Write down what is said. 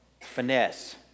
finesse